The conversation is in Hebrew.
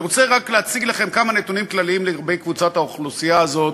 אני רוצה רק להציג לכם כמה נתונים כלליים לגבי קבוצת האוכלוסייה הזאת,